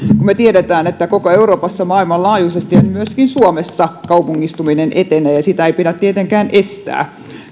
me tiedämme että koko euroopassa maailmanlaajuisesti ja myöskin suomessa kaupungistuminen etenee ja sitä ei pidä tietenkään estää